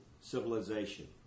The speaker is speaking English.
civilization